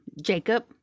Jacob